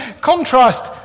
contrast